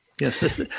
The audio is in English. yes